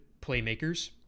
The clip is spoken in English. playmakers